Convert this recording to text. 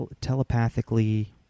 telepathically